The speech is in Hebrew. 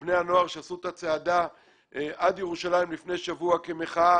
בני הנוער שעשו את הצעדה עד ירושלים לפני שבוע כמחאה